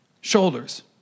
shoulders